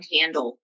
handle